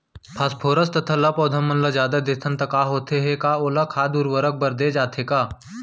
Phosphorus तथा ल पौधा मन ल जादा देथन त का होथे हे, का ओला खाद उर्वरक बर दे जाथे का?